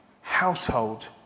Household